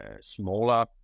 smaller